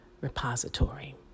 repository